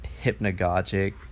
hypnagogic